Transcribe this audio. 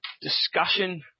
discussion